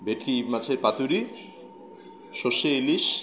ভেটকি মাছের পাতুরি সরষে ইলিশ